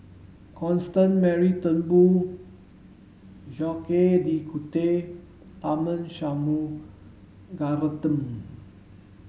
Constance Mary Turnbull Jacques de Coutre Tharman Shanmugaratnam